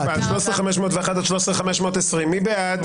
13,501 עד 13,520, מי בעד?